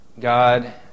God